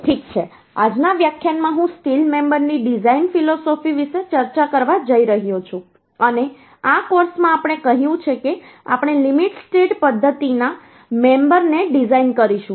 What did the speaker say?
ઠીક છે આજના વ્યાખ્યાન માં હું સ્ટીલ મેમબરની ડિઝાઇન ફિલોસોફી વિશે ચર્ચા કરવા જઈ રહ્યો છું અને આ કોર્સમાં આપણે કહ્યું છે કે આપણે લિમિટ સ્ટેટ પદ્ધતિ ના મેમબરને ડિઝાઇન કરીશું